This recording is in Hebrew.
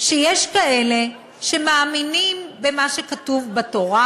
שיש כאלה שמאמינים במה שכתוב בתורה: